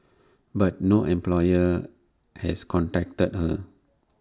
but no employer has contacted her